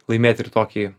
laimėt ir tokį